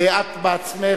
את בעצמך,